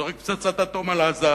זורק פצצת אטום על עזה,